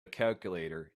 calculator